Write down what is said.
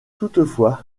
toutefois